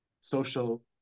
social